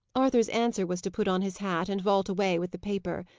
arthur's answer was to put on his hat, and vault away with the paper.